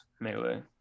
melee